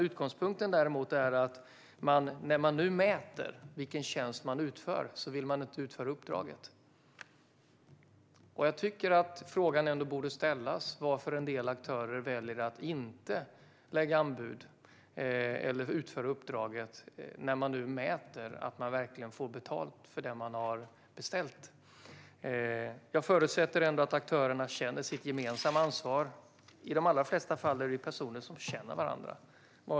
Utgångspunkten är däremot att man inte vill utföra uppdraget när det nu mäts vilken tjänst man utför. Frågan borde ändå ställas varför en del aktörer väljer att inte lägga anbud eller utföra uppdraget när det nu mäts, så att det vi har beställt verkligen utförs. Jag förutsätter att aktörerna känner sitt gemensamma ansvar. I de allra flesta fallen är det personer som känner varandra.